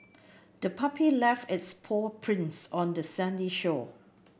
the puppy left its paw prints on the sandy shore